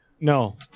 No